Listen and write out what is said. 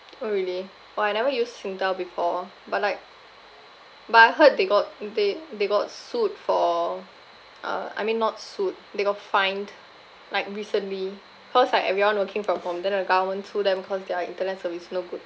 oh really oh I never use singtel before but like but I heard they got they they got sued for uh I mean not sued they got fined like recently cause like everyone working from home then the government sue them cause their internet service no good